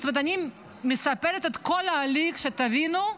זאת אומרת, אני מספרת את כל ההליך, שתבינו,